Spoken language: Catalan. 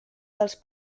dels